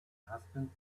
husband